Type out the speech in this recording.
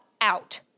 out